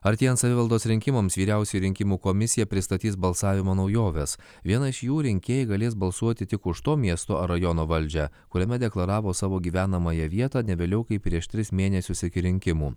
artėjant savivaldos rinkimams vyriausioji rinkimų komisija pristatys balsavimo naujoves vieną iš jų rinkėjai galės balsuoti tik už to miesto rajono valdžią kuriame deklaravo savo gyvenamąją vietą ne vėliau kaip prieš tris mėnesius iki rinkimų